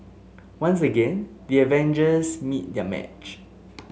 once again the avengers meet their match